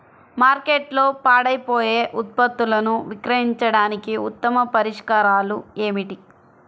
మార్కెట్లో పాడైపోయే ఉత్పత్తులను విక్రయించడానికి ఉత్తమ పరిష్కారాలు ఏమిటి?